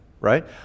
right